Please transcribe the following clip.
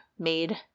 made